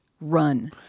run